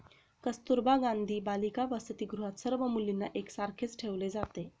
कस्तुरबा गांधी बालिका वसतिगृहात सर्व मुलींना एक सारखेच ठेवले जाते